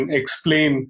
explain